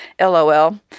LOL